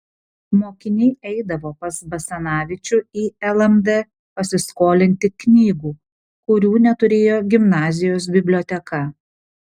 mokiniai eidavo pas basanavičių į lmd pasiskolinti knygų kurių neturėjo gimnazijos biblioteka